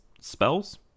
spells